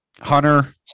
Hunter